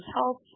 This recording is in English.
health